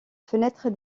fenêtre